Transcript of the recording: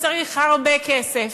שצריך הרבה כסף.